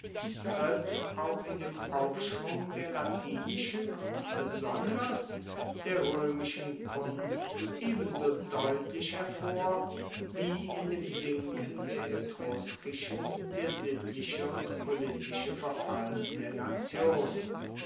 tritt auch in dem aufschwung der latinischen und besonders der roemischen kunst ebenso deutlich hervor wie in dem sinken der etruskischen der sittliche und politische verfall der nation